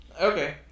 okay